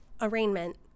Arraignment